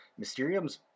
mysteriums